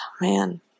man